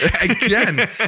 Again